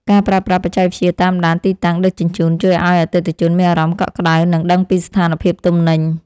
ការប្រើប្រាស់បច្ចេកវិទ្យាតាមដានទីតាំងដឹកជញ្ជូនជួយឱ្យអតិថិជនមានអារម្មណ៍កក់ក្តៅនិងដឹងពីស្ថានភាពទំនិញ។